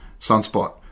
Sunspot